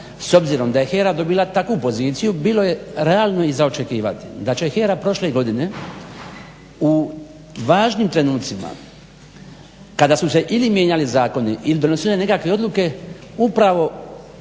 s obzirom da je HERA dobila takvu poziciju bilo je realno i za očekivati da će HERA prošle godine u važnim trenucima kada su se ili mijenjali zakoni ili donosile nekakve odluke upravo